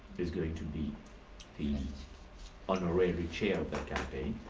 is going to be the honorary chair of that campaign.